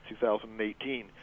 2018